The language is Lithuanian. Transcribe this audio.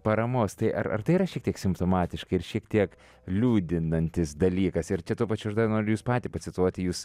paramos tai ar ar tai yra šiek tiek simptomatiška ir šiek tiek liūdinantis dalykas ir tuo pačiu noriu jus patį pacituoti jūs